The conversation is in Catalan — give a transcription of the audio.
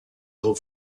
del